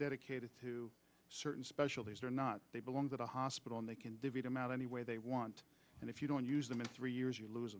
dedicated to certain specialties or not they belong to the hospital and they can divvy them out any way they want and if you don't use them in three years you lose